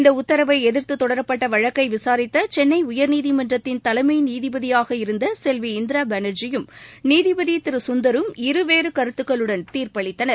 இந்த உத்தரவை எதிா்த்து தொடரப்பட்ட வழக்கை விசாித்த சென்னை உயா்நீதிமன்றத்தின் தலைமை நீதிபதியாக இருந்த செல்வி இந்திரா பானா்ஜியும் நீதிபதி திரு குந்தரும் இருவேறு கருத்துக்களுடன் தீர்ப்பளித்தனர்